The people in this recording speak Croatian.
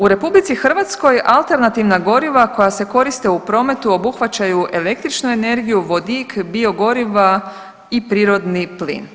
U RH alternativna goriva koja se koriste u prometu obuhvaćaju električnu energiju, vodik, biogoriva i prirodni plin.